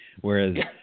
whereas